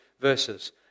verses